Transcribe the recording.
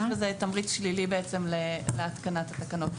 יש בזה תמריץ שלילי להתקנת התקנות.